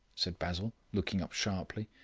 said basil, looking up sharply.